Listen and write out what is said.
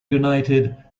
united